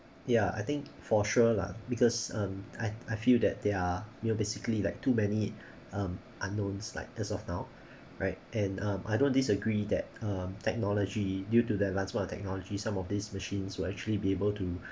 ya I think for sure lah because um I I feel that their you know basically like too many um unknowns like as of now right and um I don't disagree that um technology due to the advancement of technology some of these machines will actually be able to